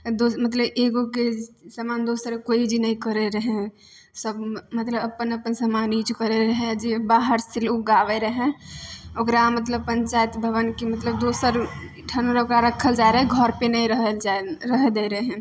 आ दो मतलब एगोके समान दोसर कोइ यूज नहि करै रहै सब मतलब अपन अपन समान यूज करै रहै जे बाहर से लोग आबै रहै ओकरा मतलब पंचयात भवनके मतलब दोसर ठन ओकरा रखल जा रहै घर पे नहि रहल जाए रहए दै रहै